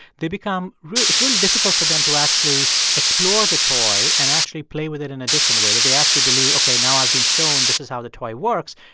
they become it's really difficult for them to actually explore the toy and actually play with it in a different way, that they actually believe, ok, now i've been shown this is how the toy works,